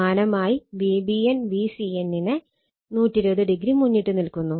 സമാനമായി Vbn Vcn നെ 120o മുന്നിട്ട് നിൽക്കുന്നു